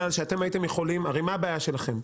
הרי מה הבעיה שלכם?